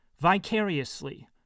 vicariously